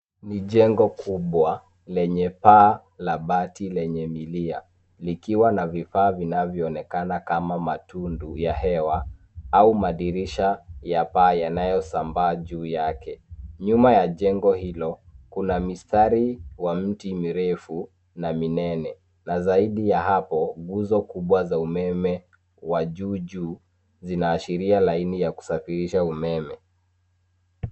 Ni jengo kubwa lenye paa la bati lenye milia. likiwa na vifaa vinavyoonekana kama matundu ya hewa au madirisha ya paa yanayosambaa juu yake. Nyuma ya jengo hilo, kuna mistari wa miti mirefu na minene na zaidi ya hapo, nguzo kubwa za umeme wa juu juu, zinaashiria laini ya kusafirisha umeme.